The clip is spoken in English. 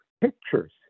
pictures